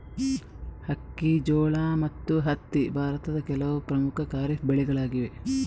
ಅಕ್ಕಿ, ಜೋಳ ಮತ್ತು ಹತ್ತಿ ಭಾರತದ ಕೆಲವು ಪ್ರಮುಖ ಖಾರಿಫ್ ಬೆಳೆಗಳಾಗಿವೆ